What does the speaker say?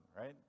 right